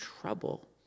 trouble